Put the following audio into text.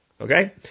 Okay